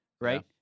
right